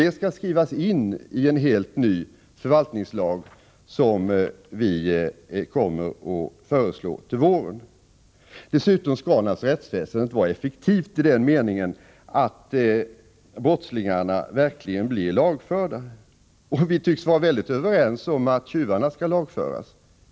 De skall skrivas ini en helt ny förvaltningslag, som vi kommer att föreslå till våren. Rättsväsendet skall naturligtvis dessutom vara effektivt i den meningen att brottslingarna verkligen blir lagförda. Vi tycks vara helt överens om att tjuvarna skall lagföras.